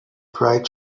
bright